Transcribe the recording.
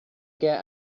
get